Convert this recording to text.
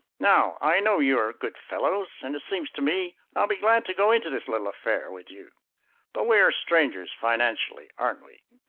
now i know you are good fellows and it seems to me i'll be glad to go into this little affair with you but we are strangers financially, aren't we?